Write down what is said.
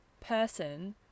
person